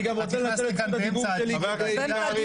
אני גם רוצה לנצל את זכות הדיבור שלי -- חבר הכנסת קרעי,